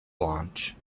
launch